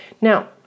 Now